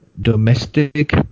domestic